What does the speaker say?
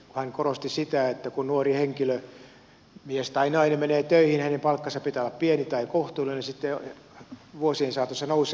hän korosti sitä että kun nuori henkilö mies tai nainen menee töihin hänen palkkansa pitää olla pieni tai kohtuullinen ja sitten vuosien saatossa se nousee